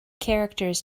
characters